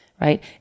right